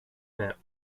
met